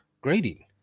grading